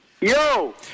Yo